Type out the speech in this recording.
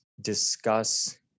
Discuss